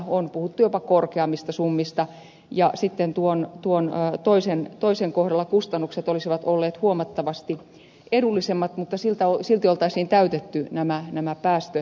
on puhuttu jopa korkeammista summista ja sitten tuon toisen kohdalla kustannukset olisivat olleet huomattavasti edullisemmat mutta silti olisi täytetty nämä päästövaatimukset